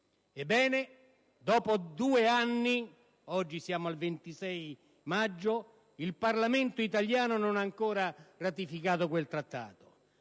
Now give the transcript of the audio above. Ebbene, dopo due anni - oggi siamo al 26 maggio - il Parlamento italiano non ha ancora ratificato quel Trattato,